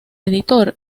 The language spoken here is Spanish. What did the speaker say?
editor